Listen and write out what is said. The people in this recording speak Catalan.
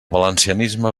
valencianisme